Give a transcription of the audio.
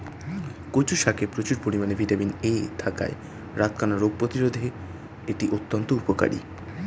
কচু শাকে প্রচুর পরিমাণে ভিটামিন এ থাকায় রাতকানা রোগ প্রতিরোধে করতে এটি অত্যন্ত উপকারী